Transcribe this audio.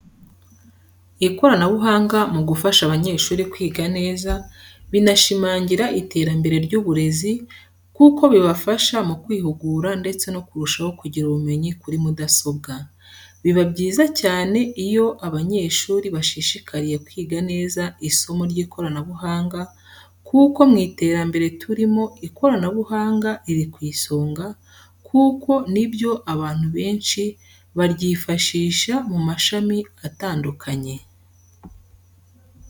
Ikoranabuhanga mu gufasha abanyeshuri kwiga neza binashimangira iterambere ry’uburezi kuko bibafasha mu kwihugura ndetse no kurushaho kugira ubumenyi kuri mudasobwa. Biba byiza cyane iyo abanyeshuri bashishikariye kwiga neza isomo ry'ikoranabuhanga kuko mu iterambere turimo ikoranabuhanga riri ku isonga kuko ni byo abantu benshi baryifashisha mu mashami atandukanye.